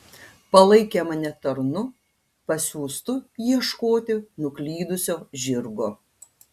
palaikė mane tarnu pasiųstu ieškoti nuklydusio žirgo